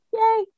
Yay